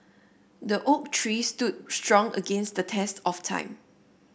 the oak tree stood strong against the test of time